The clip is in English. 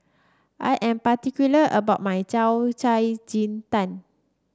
I am particular about my Yao Cai Ji Tang